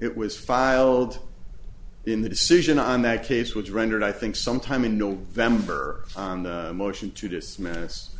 it was filed in the decision on that case was rendered i think sometime in november motion to dismiss